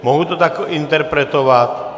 Mohu to tak interpretovat?